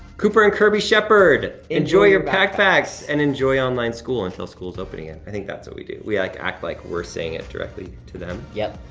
cooper and kirby shepard, enjoy your backpacks. and enjoy online school until school is open again. i think that's what we do. we like act like we're saying it directly to them. yup,